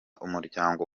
umuryango